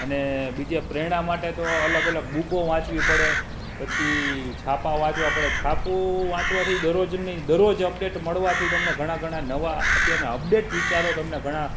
અને બીજી એક પ્રેરણા માટે તો અલગ અલગ બૂકો વાંચવી પડે પછી છાપાં વાંચવા પડે છાપું વાંચવાથી દરરોજની દરરોજ અપડેટ મળવાથી તમને ઘણા ઘણા નવા અત્યારના અપડેટ વિચારો તમને ઘણા